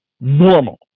normal